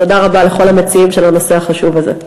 תודה רבה לכל המציעים של הנושא החשוב הזה.